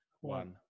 One